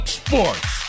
sports